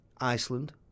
Iceland